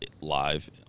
live